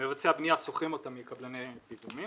מבצעי הבנייה שוכרים אותם מקבלני פיגומים.